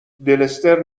دلستر